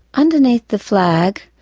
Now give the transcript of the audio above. underneath the flag,